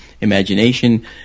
imagination